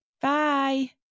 Bye